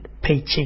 paycheck